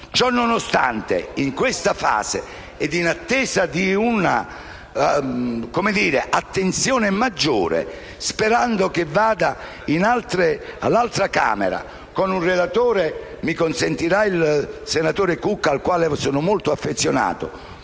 Ciò nonostante, in questa fase, e in attesa di un'attenzione maggiore, sperando che il provvedimento nell'altra Camera abbia un relatore (mi consentirà di dirlo il senatore Cucca, al quale sono molto affezionato)